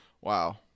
wow